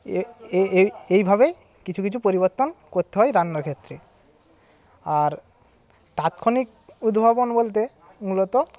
এ এ এই ভাবে কিছু কিছু পরিবর্তন করতে হয় রান্নার ক্ষেত্রে আর তাৎক্ষণিক উদ্ভাবন বলতে মূলত